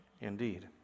Indeed